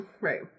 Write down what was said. right